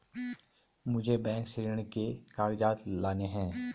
मुझे बैंक से ऋण के कागजात लाने हैं